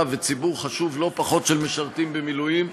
וציבור חשוב לא פחות של משרתים במילואים,